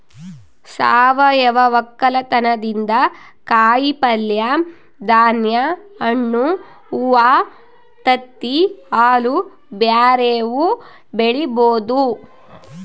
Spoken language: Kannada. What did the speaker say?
ಸಾವಯವ ವಕ್ಕಲತನದಿಂದ ಕಾಯಿಪಲ್ಯೆ, ಧಾನ್ಯ, ಹಣ್ಣು, ಹೂವ್ವ, ತತ್ತಿ, ಹಾಲು ಬ್ಯೆರೆವು ಬೆಳಿಬೊದು